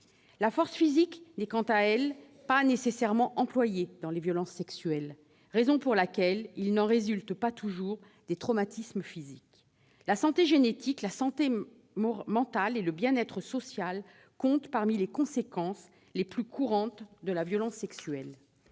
La force physique, quant à elle, n'est pas nécessairement employée dans les violences sexuelles : c'est la raison pour laquelle il n'en résulte pas toujours des traumatismes physiques. Les atteintes à la santé génésique, à la santé mentale et au bien-être social comptent parmi les conséquences les plus courantes de la violence sexuelle.